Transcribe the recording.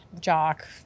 jock